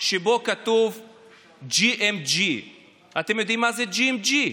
שבו כתוב GMG. אתם יודעים מה זה GMG?